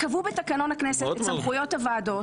חברי הכנסת קבעו בתקנון הכנסת את סמכויות הוועדות